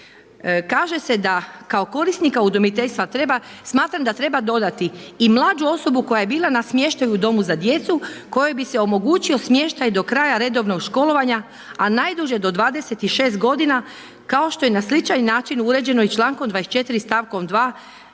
kaže se da kao korisnika udomiteljstva smatram da treba dodati: „i mlađu osobu koja je bila na smještaju u domu za djecu kojoj bi se omogućio smještaj do kraja redovnog školovanja, a najduže do 26 godina kao što je na sličan način uređeno i člankom 24. stavkom 2.